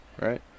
right